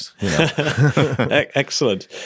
Excellent